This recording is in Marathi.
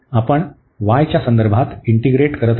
आपण y च्या संदर्भात इंटीग्रेट करत आहोत